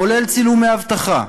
כולל צילומי אבטחה,